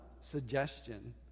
suggestion